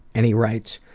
and he writes,